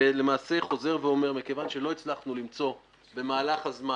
שחוזר ואומר: מכיוון שלא הצלחנו למצוא במהלך הזמן